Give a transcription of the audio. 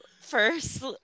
first